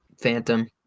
Phantom